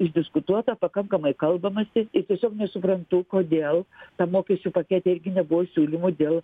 išdiskutuota pakankamai kalbamasi iki šiol nesuprantu kodėl tam mokesčių pakete irgi nebuvo siūlymų dėl